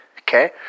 okay